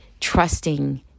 trusting